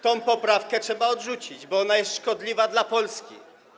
Tę poprawkę trzeba odrzucić, bo ona jest szkodliwa dla Polski.